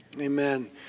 Amen